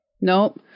nope